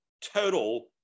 total